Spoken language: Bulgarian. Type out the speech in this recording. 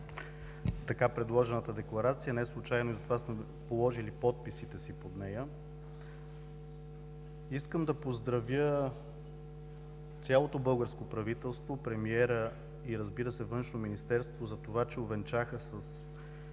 така предложената Декларация. Неслучайно затова сме подложили подписите си под нея. Искам да поздравя цялото българско правителство, премиера, и, разбира се, Външно министерство за това, че увенчаха с